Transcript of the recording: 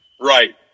right